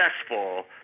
successful